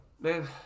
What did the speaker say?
man